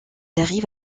arrive